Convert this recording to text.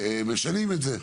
משנים את זה.